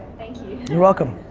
thank you. you're welcome.